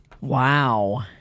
Wow